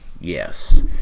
Yes